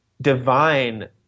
divine